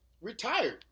retired